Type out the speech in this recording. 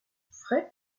frai